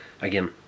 again